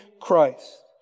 Christ